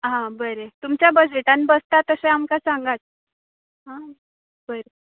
हा बरें तुमच्या बजेटान बसता तशें आमकां सांगात हा बरें